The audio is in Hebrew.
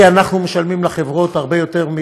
כי אנחנו משלמים לחברות הרבה יותר,